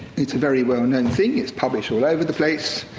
it's a very well known and thing, it's published all over the place.